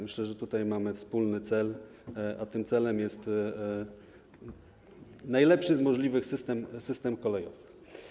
Myślę, że tutaj mamy wspólny cel, a tym celem jest najlepszy z możliwych system kolejowy.